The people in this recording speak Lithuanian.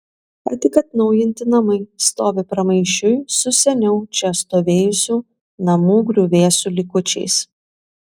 ką tik atnaujinti namai stovi pramaišiui su seniau čia stovėjusių namų griuvėsių likučiais